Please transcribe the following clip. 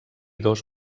dos